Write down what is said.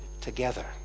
together